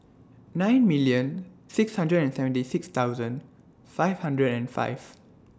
nine million six hundred and seventy six thousand five hundred and five